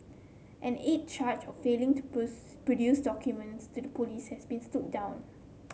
an eighth charge of failing to produce documents to the police has been stood down